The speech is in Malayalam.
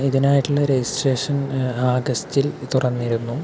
ഇതിനായിട്ടുള്ള റെജിസ്ട്രേഷൻ ആഗസ്റ്റിൽ തുറന്നിരുന്നു